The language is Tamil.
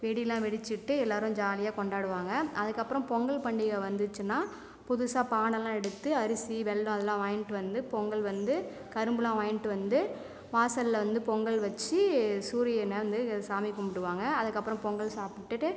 வெடிலாம் வெடிச்சிவிட்டு எல்லாரும் ஜாலியாக கொண்டாடுவாங்க அதுக்கு அப்பறம் பொங்கல் பண்டிகை வந்துச்சுன்னா புதுசாக பானைலாம் எடுத்து அரிசி வெல்லம் அதெலாம் வாங்கிட்டு வந்து பொங்கல் வந்து கரும்புலாம் வாங்கிட்டு வந்து வாசலில் வந்து பொங்கல் வச்சு சூரியனை வந்து சாமி கும்பிடுவாங்க அதுக்கு அப்புறம் பொங்கல் சாப்பிட்டுட்டு